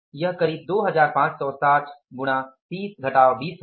यह करीब 2560 गुणा 30 घटाव 20 होगा